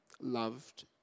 loved